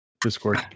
Discord